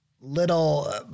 little